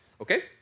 Okay